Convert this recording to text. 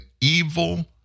evil